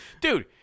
dude